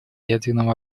ядерного